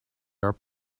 are